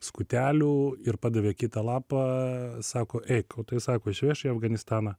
skutelių ir padavė kitą lapą sako eik o tai sako išveš į afganistaną